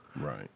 Right